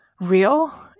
real